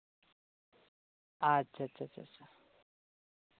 ᱟᱪᱪᱷᱟ ᱟᱪᱪᱷᱟ ᱪᱷᱟ